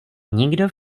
nikdo